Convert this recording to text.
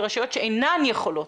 ורשויות שאינן יכולות,